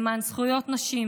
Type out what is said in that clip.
למען זכויות נשים,